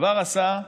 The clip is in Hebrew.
כבר עשה,